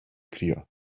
crio